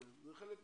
זה חלק מהעניין.